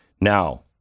Now